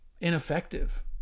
ineffective